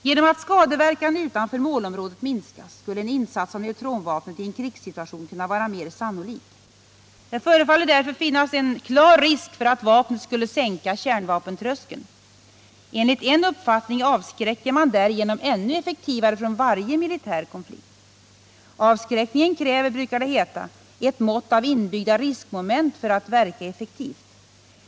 Genom att skadeverkan utanför målområdet minskas skulle en insats av neutronvapnet i en krigssituation kunna vara mera sannolik. Det förefaller därför finnas en klar risk för att vapnet skulle sänka kärnvapentröskeln. Enligt en uppfattning avskräcker man därigenom ännu effektivare från varje militär konflikt. Avskräckningen kräver, brukar det heta, ett mått av inbyggda risk moment för att verka effektivt.